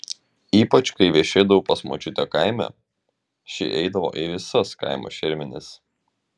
ypač kai viešėdavau pas močiutę kaime ši eidavo į visas kaimo šermenis